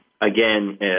again